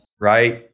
Right